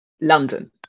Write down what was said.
London